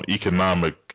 economic